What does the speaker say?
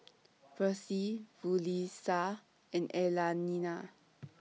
Versie Yulissa and Elaina